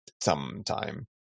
sometime